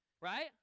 right